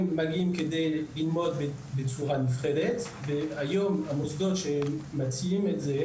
הם מגיעים על מנת ללמוד בצורה נפרדת ויש רק 10% שיכולים להשתלב.